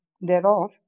thereof